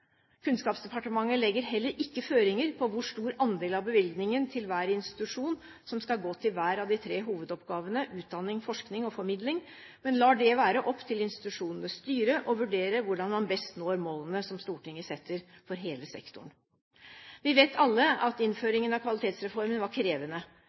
Kunnskapsdepartementet legger heller ikke føringer på hvor stor andel av bevilgningen til hver institusjon som skal gå til hver av de tre hovedoppgavene utdanning, forskning og formidling, men lar det være opp til institusjonenes styre å vurdere hvordan man best når målene Stortinget setter for hele sektoren. Vi vet alle at